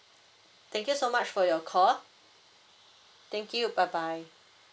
thank you so much for your call thank you bye bye